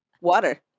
Water